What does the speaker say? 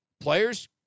players